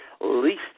least